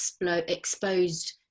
exposed